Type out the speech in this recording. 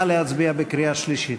נא להצביע בקריאה שלישית.